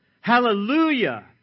Hallelujah